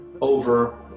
over